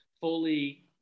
fully